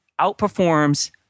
outperforms